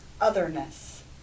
Otherness